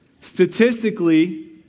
Statistically